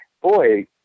boy